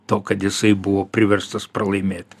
to kad jisai buvo priverstas pralaimėt